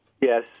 Yes